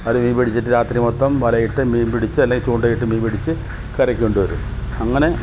അവർ മീൻപിടിച്ചിട്ട് രാത്രി മൊത്തം വലയിട്ട് മീൻപിടിച്ച് അല്ലേൽ ചൂണ്ട ഇട്ട് പിടിച്ച് കരയ്ക്ക് കൊണ്ടു വരും അങ്ങനെ